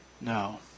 No